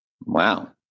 Wow